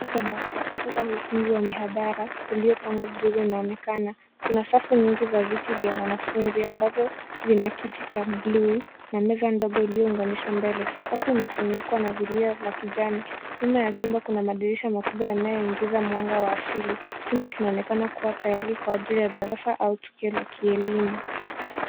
Picha ya darasa tupu au ukumbi wa mihadhara uliyopangwa vizuri unaonekana. Kuna safu nyingi za viti vya wanafunzi ambavyo vina kiti cha blue na meza ndogo iliyounganishwa mbele. Sakafu umefunikwa na zulia la kijani. Nyuma ya chumba kuna madirisha makubwa yanayoingiza mwanga wa asili. Chumba kinaonekana kuwa tayari kwa ajili ya darasa au tukio la kielimu.